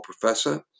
professor